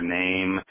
name